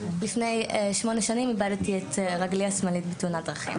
לפני שמונה שנים איבדתי את רגלי השמאלית בתאונת דרכים,